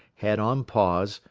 head on paws,